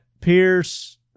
Pierce